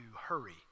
hurry